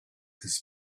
his